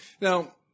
Now